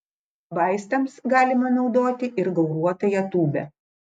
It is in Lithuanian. vaistams galima naudoti ir gauruotąją tūbę